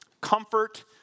comfort